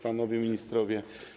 Panowie Ministrowie!